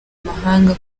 amahanga